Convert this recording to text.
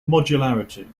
modularity